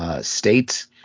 states